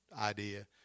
idea